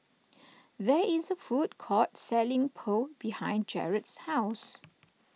there is food court selling Pho behind Jarad's house